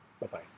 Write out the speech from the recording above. Bye-bye